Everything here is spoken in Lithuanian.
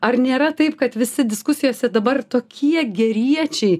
ar nėra taip kad visi diskusijose dabar tokie geriečiai